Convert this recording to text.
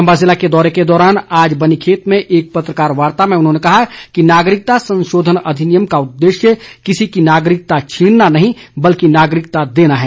चंबा जिले के दौरे के दौरान आज बनीखेत में एक पत्रकार वार्ता में उन्होंने कहा कि नागरिकता संशोधन अधिनियम का उद्देश्य किसी की नागरिकता छीनना नहीं बल्कि नागरिकता देना है